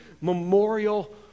memorial